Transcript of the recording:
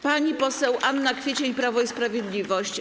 Pani poseł Anna Kwiecień, Prawo i Sprawiedliwość.